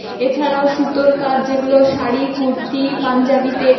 এছাড়াও সুতোর কাজ যেগুলো শাড়ি কুর্তি পাঞ্জাবিতে